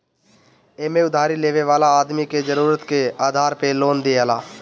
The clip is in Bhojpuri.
एमे उधारी लेवे वाला आदमी के जरुरत के आधार पे लोन दियाला